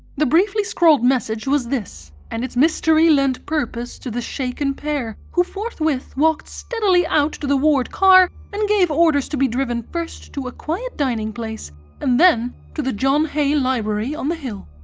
the briefly scrawled message was this, and its mystery lent purpose to the shaken pair, who forthwith walked steadily out to the ward car and gave orders to be driven first to a quiet dining place and then to the john hay library on the hill.